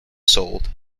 sold